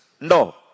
no